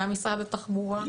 גם משרד התחבורה,